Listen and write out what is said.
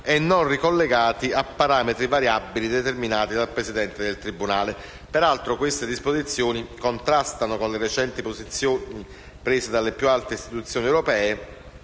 e non ricollegato a parametri variabili determinati dal presidente del tribunale. Queste disposizioni, peraltro, contrastano con le recenti posizioni prese dalle più alte istituzioni europee